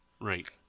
Right